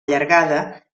allargada